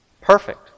Perfect